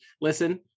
listen